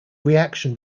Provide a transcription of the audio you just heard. reaction